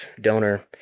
donor